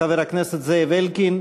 חבר הכנסת זאב אלקין,